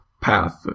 path